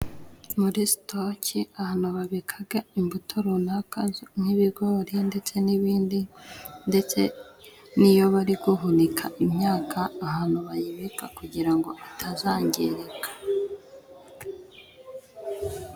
Muri sitoki ahantu babikaga imbuto runaka nk'ibigori ndetse n'ibindi ndetse n'iyo bari guhunika imyaka ahantu bayibika kugira ngo itazangirika.